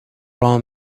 راه